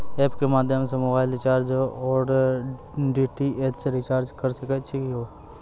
App के माध्यम से मोबाइल रिचार्ज ओर डी.टी.एच रिचार्ज करऽ सके छी यो?